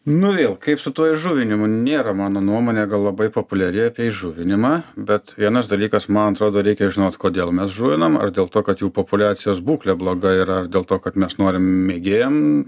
nu vėl kaip su tuo įžuvinimu nėra mano nuomonė labai populiari apie įžuvinimą bet vienas dalykas man atrodo reikia žinot kodėl mes žuvinam ar dėl to kad jų populiacijos būklė bloga ir ar dėl to kad mes norim mėgėjam